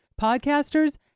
Podcasters